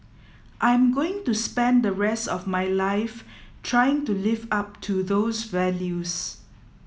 I'm going to spend the rest of my life trying to live up to those values